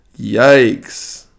Yikes